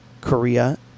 Korea